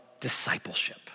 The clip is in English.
discipleship